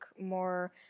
more